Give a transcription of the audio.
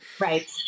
Right